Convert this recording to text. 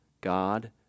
God